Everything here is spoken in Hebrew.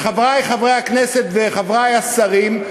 חברי חברי הכנסת וחברי השרים,